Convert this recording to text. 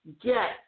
get